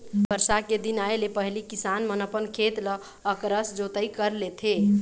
बरसा के दिन आए ले पहिली किसान मन अपन खेत ल अकरस जोतई कर लेथे